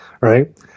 Right